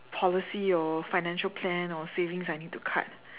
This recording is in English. policy or financial plan or savings I need to cut